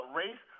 race